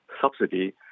subsidy